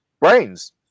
Brains